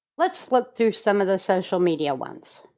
let's look through some of the social media ones.